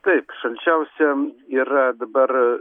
taip šalčiausia yra dabar